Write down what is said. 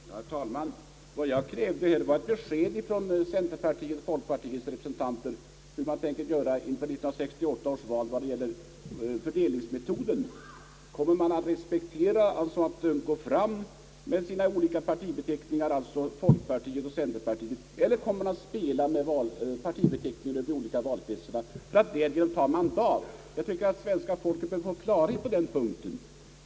Herr talman! Vad jag krävde var ett besked från centerpartiets och folkpartiets representanter om hur man tänker göra inför 1968 års val vad beträffar fördelningsmetoden. Kommer man att gå fram med sina olika partibeteckningar — centerpartiet och folkpartiet — eller kommer man att spela med beteckningen Mittenpartierna, då det gäller att ta mandat? Jag tycker att svenska folket bör få klarhet på den punkten.